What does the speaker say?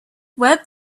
web